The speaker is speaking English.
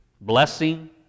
Blessing